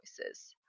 voices